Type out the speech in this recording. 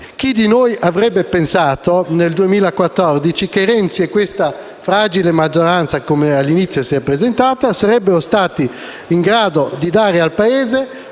Chi di noi avrebbe pensato nel 2014 che Renzi e questa fragile maggioranza - come all'inizio si è presentata - sarebbero in grado di dare al Paese